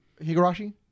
Higurashi